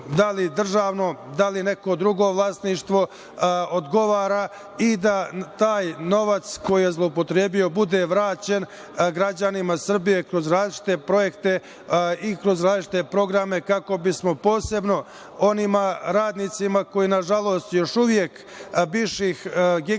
da li državno, da li neko drugo vlasništvo, odgovara i da taj novac, koji je zloupotrebio, bude vraćen građanima Srbije kroz različite projekte i kroz različite programe kako bismo posebno onim radnicima bivših giganata